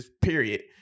period